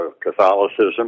Catholicism